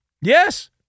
Yes